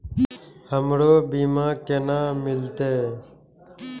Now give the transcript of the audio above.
हमरो बीमा केना मिलते?